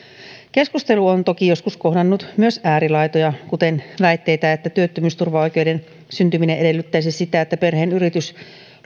keskustelu on toki joskus kohdannut myös äärilaitoja kuten väitteitä että työttömyysturvaoikeuden syntyminen edellyttäisi sitä että perheen yritys